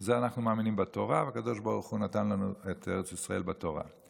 זה שאנחנו מאמינים בתורה ושהקדוש ברוך הוא נתן לנו את ארץ ישראל בתורה.